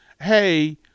hey